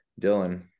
dylan